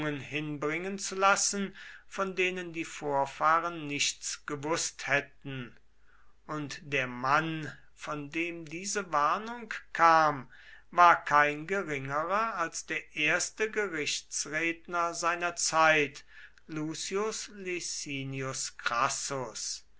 hinbringen zu lassen von denen die vorfahren nichts gewußt hätten und der mann von dem diese warnung kam war kein geringerer als der erste gerichtsredner seiner zeit lucius licinius crassus